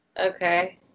Okay